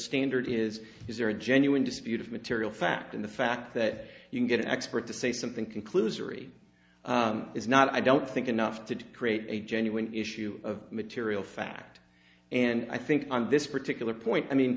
standard is is there a genuine dispute of material fact in the fact that you can get an expert to say something conclusory is not i don't think enough to create a genuine issue of material fact and i think on this particular point i mean